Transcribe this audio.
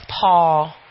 Paul